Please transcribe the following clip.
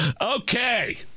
Okay